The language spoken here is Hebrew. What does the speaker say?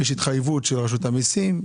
יש התחייבות של רשות המסים,